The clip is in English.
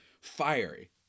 fiery